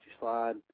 slide